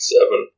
Seven